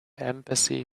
embassy